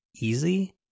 easy